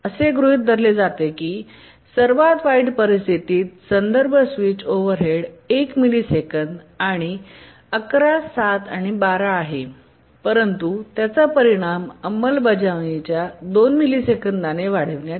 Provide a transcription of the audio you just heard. असे गृहीत धरले जाते की सर्वात वाईट परिस्थितीत संदर्भ स्विच ओव्हरहेड 1 मिलिसेकंद आणि 11 7 आणि 12 आहे परंतु त्याचा परिणाम अंमलबजावणी 2 मिलिसेकंदने वाढविण्यात होईल